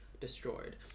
Destroyed